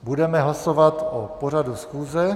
Budeme hlasovat o pořadu schůze.